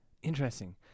Interesting